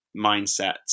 mindsets